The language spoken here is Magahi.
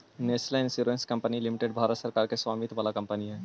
national Insurance Company Limited Bharat सरकार के स्वामित्व वाला कंपनी हई